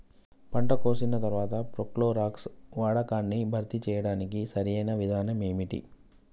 పంట కోసిన తర్వాత ప్రోక్లోరాక్స్ వాడకాన్ని భర్తీ చేయడానికి సరియైన విధానం ఏమిటి?